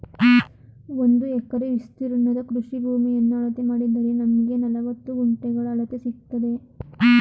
ಒಂದು ಎಕರೆ ವಿಸ್ತೀರ್ಣದ ಕೃಷಿ ಭೂಮಿಯನ್ನ ಅಳತೆ ಮಾಡಿದರೆ ನಮ್ಗೆ ನಲವತ್ತು ಗುಂಟೆಗಳ ಅಳತೆ ಸಿಕ್ತದೆ